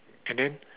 and then